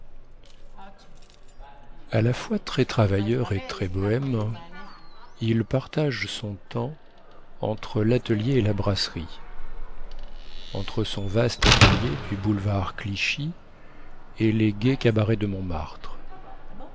à la fois très travailleur et très bohème il partage son temps entre latelier et la brasserie entre son vaste atelier du boulevard clichy et les gais cabarets de montmartre